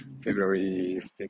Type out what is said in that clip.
February